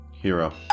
Hero